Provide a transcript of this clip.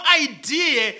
idea